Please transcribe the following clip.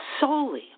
solely